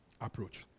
approach